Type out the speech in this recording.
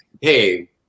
hey